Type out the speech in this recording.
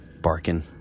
barking